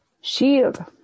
Shield